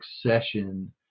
succession